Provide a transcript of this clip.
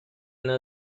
una